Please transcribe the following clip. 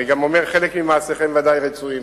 אני גם אומר שחלק ממעשיכם ודאי רצויים